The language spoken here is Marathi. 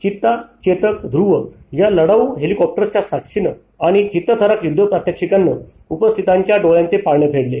चित्ता चेतक धुरव या लढाऊ हेलिकॉप्टर्सच्या साक्षीनं आणि चित्तथरारक युद्ध प्रात्यक्षिकांनी उपस्थितांच्या डोळ्यांचे पारणे फेडलं